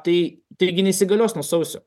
tai taigi neįsigalios nuo sausio